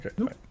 Okay